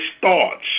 thoughts